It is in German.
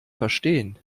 verstehen